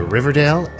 Riverdale